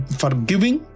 forgiving